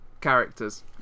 Characters